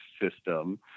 system